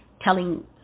telling